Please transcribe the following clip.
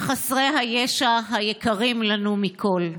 בחסרי הישע היקרים לנו מכול.